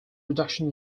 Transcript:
reduction